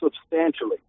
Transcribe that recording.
substantially